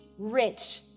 Rich